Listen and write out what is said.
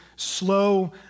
slow